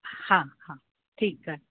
हा हा ठीकु आहे